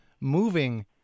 moving